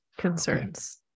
concerns